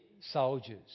soldiers